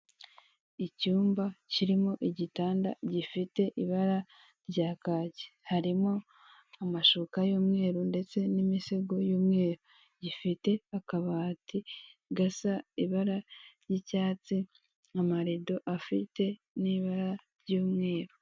Icyumba kirimo igitanda gifite ibara rya kacye, harimo amashuka y'umweru ndetse n'imisego y'umweru. Gifite akabati gasa ibara ry'icyatsi, amarido afite n'ibara ry'umweru.